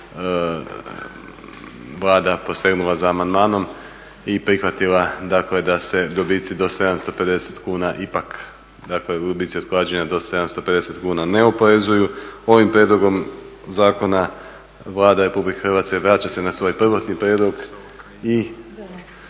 Vlada posegnula za amandmanom i prihvatila dakle da se dobici do 750 kuna ipak, dakle dobici od klađenja do 750 kuna ne oporezuju. Ovim prijedlogom zakona Vlada Republike Hrvatske vraća se na svoj prvotni prijedlog i